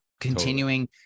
continuing